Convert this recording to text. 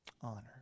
Honor